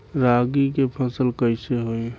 रागी के फसल कईसे होई?